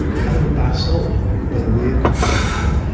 kind of a basalt but a weird composition.